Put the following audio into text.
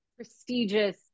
prestigious